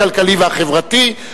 הכלכלי והחברתי.